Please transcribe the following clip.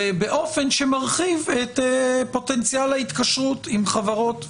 ובאופן שמרחיב את פוטנציאל ההתקשרות עם חברות וכו',